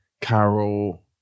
Carol